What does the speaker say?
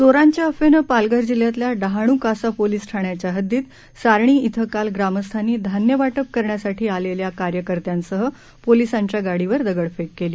चोरांच्या अफवेनं पालघर जिल्ह्यातल्या डहाणू कासा पोलीस ठाण्याच्या हद्दीत सारणी धिं काल ग्रामस्थांनी धान्य वाटप करण्यासाठी आलेल्या कार्यकर्त्यांसह पोलिसांच्या गाडीवर दगडफेक केली